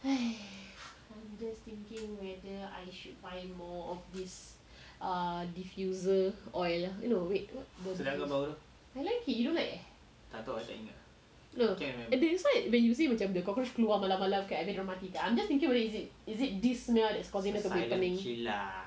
I'm just thinking whether I should buy more of this err diffuser oil no wait I like it you don't like ah that's why you say macam the cockroach keluar malam-malam kan I mean dia orang mati kan I'm just thinking whether is it is it this smell that is causing them to be opening